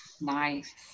nice